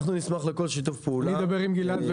אנחנו נשמח לכל שיתוף פעולה של עובדים,